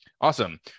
awesome